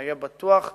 היה בטוח וסמוך.